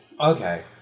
Okay